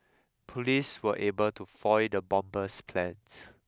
police were able to foil the bomber's plans